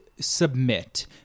submit